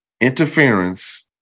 Interference